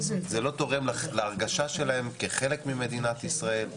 זה לא תורם להרגשה שלהם כחלק ממדינת ישראל,